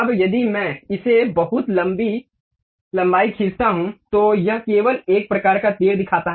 अब यदि मैं इसे बहुत लंबी लंबाई खींचता हूं तो यह केवल एक प्रकार का तीर दिखाता है